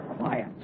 Quiet